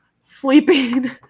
sleeping